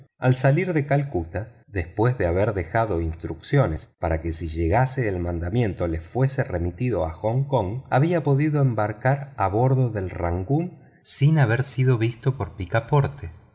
al salir de calcuta después de haber dejado instrucciones para que si llegase el mandamiento le fuese remitido a hong kong había podido embarcar a bordo del rangoon sin haber sido visto de picaporte y